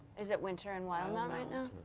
is it winter in wildemount right now?